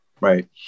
right